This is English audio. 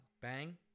bang